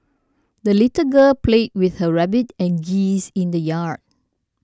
the little girl played with her rabbit and geese in the yard